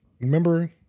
Remember